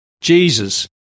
Jesus